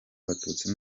abatutsi